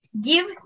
give